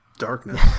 Darkness